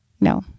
No